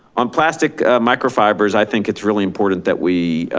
on plastic microfibers, i think it's really important that we,